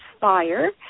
fire